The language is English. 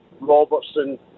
Robertson